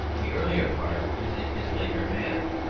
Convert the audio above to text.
the earlier part is in his later manner.